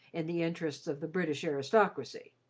in the interests of the british aristocracy.